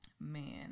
Man